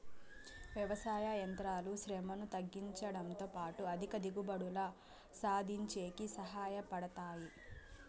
వ్యవసాయ యంత్రాలు శ్రమను తగ్గించుడంతో పాటు అధిక దిగుబడులు సాధించేకి సహాయ పడతాయి